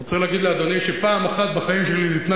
אני רוצה להגיד לאדוני שפעם אחת בחיים שלי ניתנה